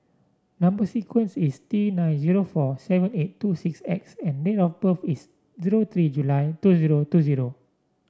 number sequence is T nine zero four seven eight two six X and date of birth is zero three July two zero two zero